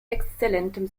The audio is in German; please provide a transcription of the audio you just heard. exzellentem